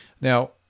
Now